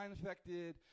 infected